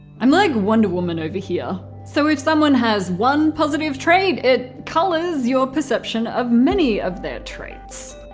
i'm like wonder woman over here so if someone has one positive trait, it colours your perception of many of their traits.